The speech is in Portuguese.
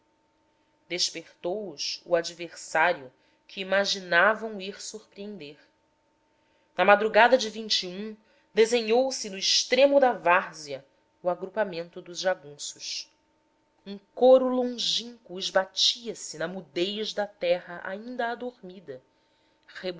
despertou os o adversário que imaginavam ir surpreender na madrugada de vinte e um desenhou-se no extremo da várzea o agrupamento dos jagunços um coro longínquo esbatia se na mudez da terra ainda adormida